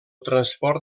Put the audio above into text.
transport